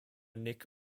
nick